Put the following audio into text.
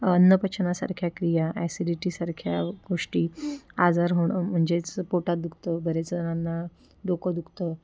अन्नपचनासारख्या क्रिया ॲसिडिटीसारख्या गोष्टी आजार होणं म्हणजेच पोटात दुखतं बरेच जणांना डोकं दुखतं